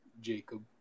Jacob